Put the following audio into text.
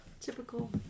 Typical